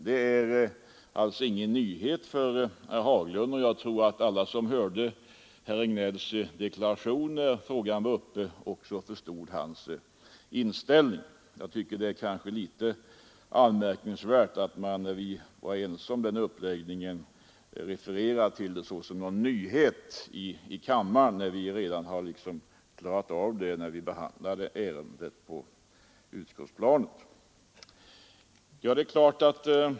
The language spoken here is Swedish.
Detta är ingen nyhet för herr Haglund, och jag tror att alla som hörde herr Regnélls deklaration, när frågan var uppe, också förstod hans inställning. Jag tycker det är litet anmärkningsvärt att herr Haglund refererar det som en nyhet i kammaren, när vi var ense om uppläggningen och klarade av saken vid behandlingen av ärendet på utskottsplanet.